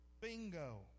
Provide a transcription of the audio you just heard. Bingo